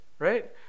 Right